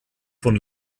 von